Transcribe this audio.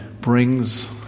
brings